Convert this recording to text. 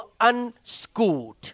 unschooled